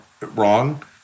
wrong—